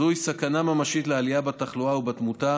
זוהי סכנה ממשית לעלייה בתחלואה ובתמותה